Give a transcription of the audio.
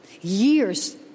Years